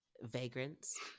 vagrants